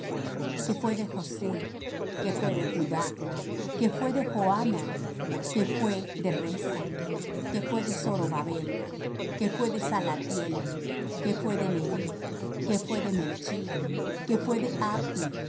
que fué de josé que fué de judá que fué de joanna que fué de rhesa que fué de zorobabel que fué de salathiel que fué de neri que fué de melch que fué